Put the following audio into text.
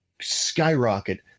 skyrocket